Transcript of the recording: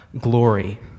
glory